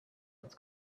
its